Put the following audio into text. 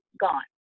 gone